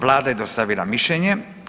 Vlada je dostavila mišljenje.